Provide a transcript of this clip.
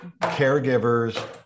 Caregivers